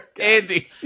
Andy